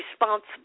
responsible